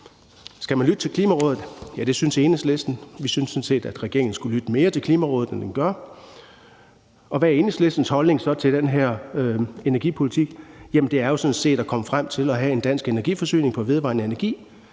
Skal man lytte til Klimarådet? Ja, det synes Enhedslisten. Vi synes sådan set, at regeringen skulle lytte mere til Klimarådet, end den gør. Hvad er Enhedslistens holdning så til den her energipolitik? Jamen det er sådan set at komme frem til at have en dansk energiforsyning på vedvarende energi.